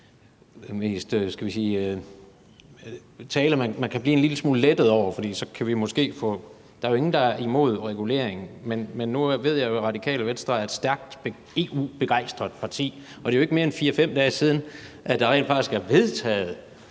det er jo ikke mere end 4-5 dage siden, at der rent faktisk er vedtaget